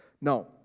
Now